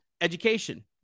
Education